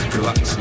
Relax